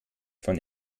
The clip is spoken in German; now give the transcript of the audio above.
von